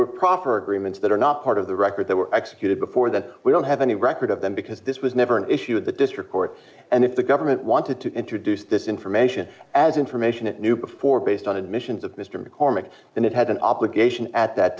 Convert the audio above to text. were proffered agreements that are not part of the record that were executed before that we don't have any record of them because this was never an issue with the district court and if the government wanted to introduce this information as information it knew before based on admissions of mr mccormick that it had an obligation at that